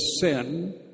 sin